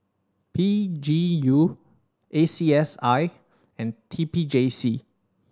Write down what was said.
P G U A C S I and T P J C